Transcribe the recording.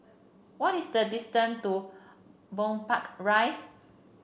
what is the distance to Gombak Rise